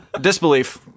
Disbelief